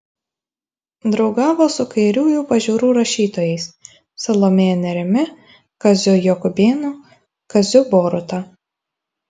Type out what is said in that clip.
draugavo su kairiųjų pažiūrų rašytojais salomėja nėrimi kaziu jakubėnu kaziu boruta